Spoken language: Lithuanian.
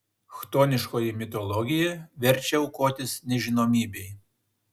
chtoniškoji mitologija verčia aukotis nežinomybei